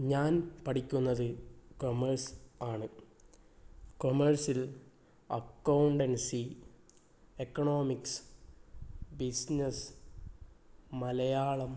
ഞാൻ പഠിക്കുന്നത് കോമേഴ്സ് ആണ് കോമേഴ്സ്ൽ അക്കൗണ്ടൻസി എക്കണോമിക്സ് ബിസ്നസ് മലയാളം